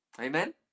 Amen